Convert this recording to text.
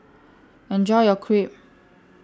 Enjoy your Crepe